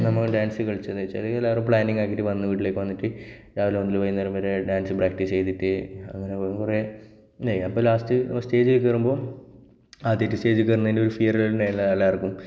നമ്മൾ ഡാൻസ് കളിച്ചതെന്നുവച്ചാൽ എല്ലാവരും പ്ലാനിംഗ് ആക്കിയിട്ട് വന്ന് വീട്ടിലേക്ക് വന്നിട്ട് രാവിലെ മുതൽ വൈകുന്നേരം വരെ ഡാൻസ് പ്രാക്റ്റീസ് ചെയ്തിട്ട് അങ്ങനെ കുറേ അപ്പം ലാസ്റ്റ് സ്റ്റേജിൽ കയറുമ്പോൾ ആദ്യമായിട്ട് സ്റ്റേജി കയറുന്നതിൻ്റെ ഒരു ഫിയറ് എല്ലാവർക്കും